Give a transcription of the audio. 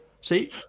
See